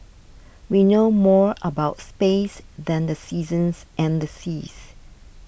we know more about space than the seasons and the seas